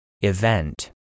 Event